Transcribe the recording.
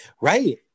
Right